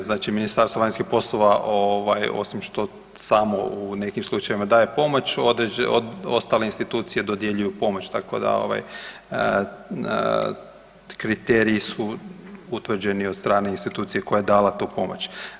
Znači, Ministarstvo vanjskih poslova osim što samo u nekim slučajevima daje pomoć ostale institucije dodjeljuju pomoć, tako da kriteriji su utvrđeni od strane institucije koja je dala tu pomoć.